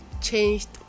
changed